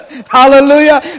Hallelujah